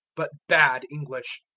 but bad english.